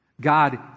God